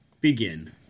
Begin